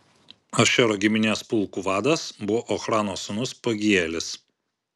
ašero giminės pulkų vadas buvo ochrano sūnus pagielis